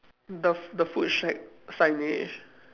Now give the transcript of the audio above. the f~ the food shack signage